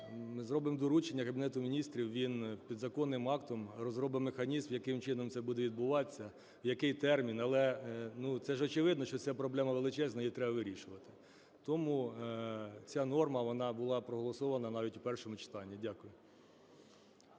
Зробимо доручення Кабінету Міністрів, він підзаконним актом розробить механізм, яким чином це буде відбуватися, в який термін. Ну, це ж очевидно, що ця проблема величезна, її треба вирішувати. Тому ця норма, вона була проголосована навіть у першому читанні. Дякую.